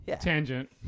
tangent